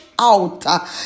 out